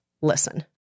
Listen